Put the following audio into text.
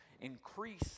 Increase